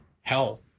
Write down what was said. hell